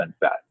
fat